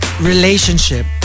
relationship